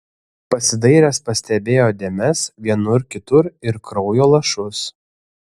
pasidairęs pastebėjo dėmes vienur kitur ir kraujo lašus